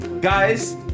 guys